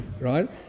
Right